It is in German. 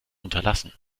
unterlassen